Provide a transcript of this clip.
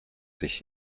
sich